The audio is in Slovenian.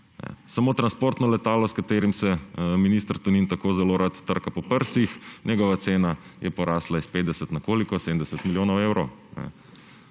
Samo transportno letalo, s katerim se minister Tonin tako zelo rad trka po prsih, njegova cena je porasla iz 50 na 70 milijonov evrov.